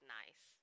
nice